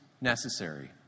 necessary